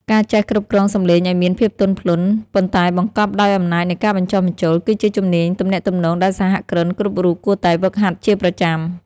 ការចេះគ្រប់គ្រងសម្លេងឱ្យមានភាពទន់ភ្លន់ ប៉ុន្តែបង្កប់ដោយអំណាចនៃការបញ្ចុះបញ្ចូល គឺជាជំនាញទំនាក់ទំនងដែលសហគ្រិនគ្រប់រូបគួរតែហ្វឹកហាត់ជាប្រចាំ។